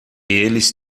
eles